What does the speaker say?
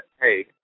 Hey